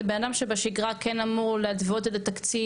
זה בן אדם שבשגרה כן אמור להתוות את התקציב